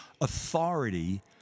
authority